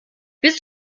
bist